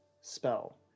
spell